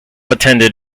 attended